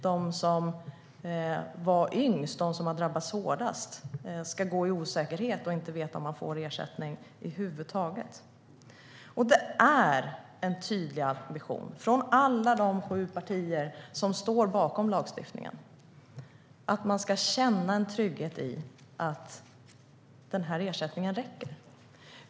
De som var yngst, de som har drabbats hårdast, ska inte gå i osäkerhet och inte veta om de får ersättning över huvud taget. Det är en tydlig ambition från alla de sju partier som står bakom lagstiftningen att man ska känna en trygghet i att den här ersättningen räcker.